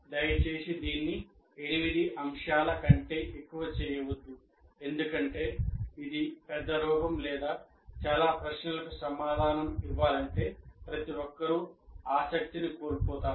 దయచేసి దీన్ని 8 అంశాల కంటే ఎక్కువ చేయవద్దు ఎందుకంటే ఇది పెద్ద రూపం లేదా చాలా ప్రశ్నలకు సమాధానం ఇవ్వాలంటే ప్రతి ఒక్కరూ ఆసక్తిని కోల్పోతారు